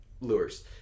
lures